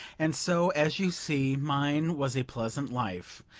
and so, as you see, mine was a pleasant life.